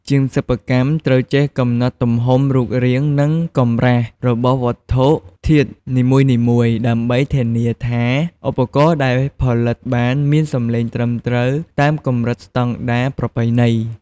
ជាងសិប្បកម្មត្រូវចេះកំណត់ទំហំ រូបរាង និងកម្រាស់របស់វត្ថុធាតុនីមួយៗ ដើម្បីធានាថាឧបករណ៍ដែលផលិតបានមានសម្លេងត្រឹមត្រូវតាមកម្រិតស្តង់ដារប្រពៃណី។